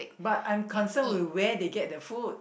but I am concerned with where they get the food